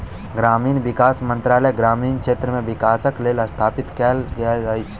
ग्रामीण विकास मंत्रालय ग्रामीण क्षेत्र मे विकासक लेल स्थापित कयल गेल अछि